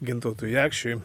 gintautui jakšiui